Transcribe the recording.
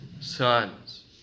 sons